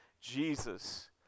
jesus